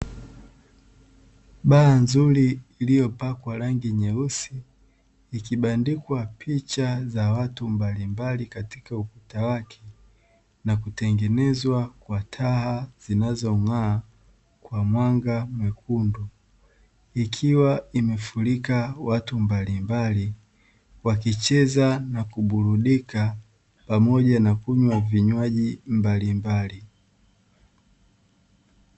Baa nzuri iliyopakwa rangi nyeusi ikibandikwa picha za watu mbalimbali katika ukuta wake na kutengenezwa kwa taa zinazo ng'aa kwa mwanga mwekundu, ikiwa imefurika watu mbalimbali wakicheza na kuburudika pamoja na kunywa vinywaji mbalimbali.